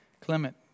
Clement